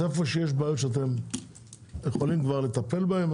אז איפה שיש בעיות שאתם יכולים כבר לטפל בהם,